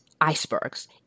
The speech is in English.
icebergs